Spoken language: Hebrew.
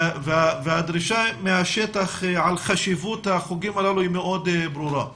הדרישה מהשטח על חשיבות החוגים הללו היא מאוד ברורה.